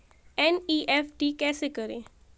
NEFT कैसे करें?